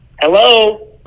Hello